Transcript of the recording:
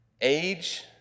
age